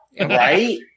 Right